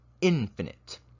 infinite